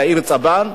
יאיר צבן.